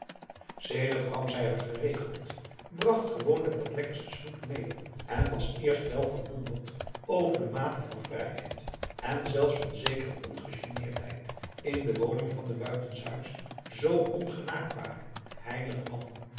sedert kwam zij er geregeld bracht gewoonlijk wat lekkers te snoepen mee en was eerst wel verwonderd over de mate van vrijheid en zelfs van zekere ongegeneerdheid in de woning van den buitenshuis zoo ongenaakbaren heiligen man